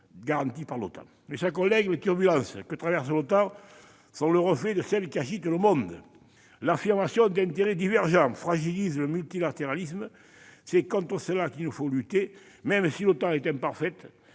garantie par l'OTAN. Mes chers collègues, les turbulences que traverse l'OTAN sont le reflet de celles qui agitent le monde. L'affirmation d'intérêts divergents fragilise le multilatéralisme. C'est contre cela qu'il nous faut lutter. Même si l'OTAN est imparfaite,